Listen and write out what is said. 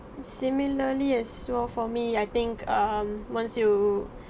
similarly as well for me I think um once you